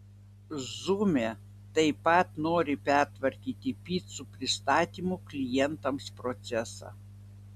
zume taip pat nori pertvarkyti picų pristatymo klientams procesą